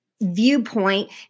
viewpoint